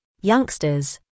youngsters